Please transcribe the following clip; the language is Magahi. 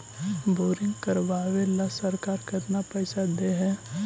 बोरिंग करबाबे ल सरकार केतना पैसा दे है?